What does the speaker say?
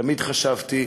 תמיד חשבתי,